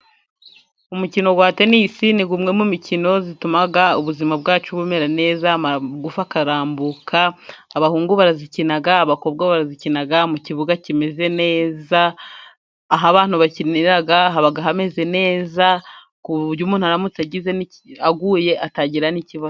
umukino wa tenisi ni umwe mu mikino ituma ubuzima bwacu bumera neza, amagufa akarambuka. Abahungu barawukina, abakobwa barawukina mu kibuga kimeze neza. Aho abantu bakinira haba hameze neza ku buryo umuntu aramutse aguye atagira n'ikibazo.